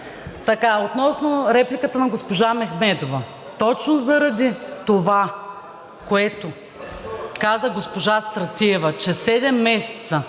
Относно репликата на госпожа Мехмедова. Точно заради това, което каза госпожа Стратиева, че седем месеца